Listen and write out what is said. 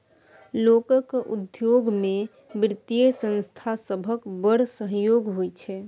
लोकक उद्योग मे बित्तीय संस्था सभक बड़ सहयोग होइ छै